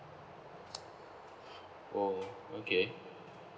!whoa! okay